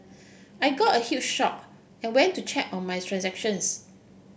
I got a huge shocked and went to check on my transactions